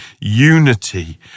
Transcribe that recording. unity